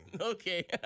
Okay